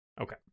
okay